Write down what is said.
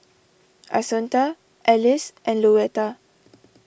Assunta Ellis and Louetta